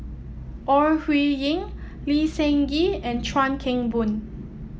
Ore Huiying Lee Seng Gee and Chuan Keng Boon